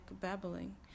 babbling